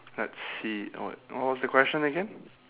let's see what what was the question again